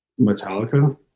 Metallica